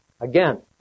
Again